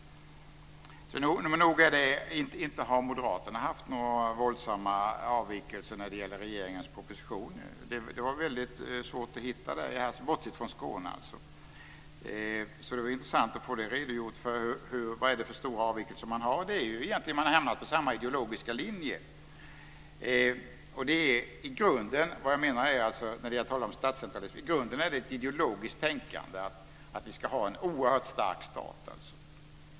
Moderaterna har inte gjort några våldsamma avvikelser när det gäller regeringens proposition. Det är väldigt svårt att hitta några sådana, bortsett från Skåne alltså. Det skulle vara intressant att få en redogörelse för vilka stora avvikelser som finns. Man har egentligen hamnat på samma ideologiska linje. Vad jag menar när jag talar om statscentralism är att det i grunden finns ett ideologiskt tänkande att vi ska ha en oerhört stark stat.